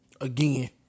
Again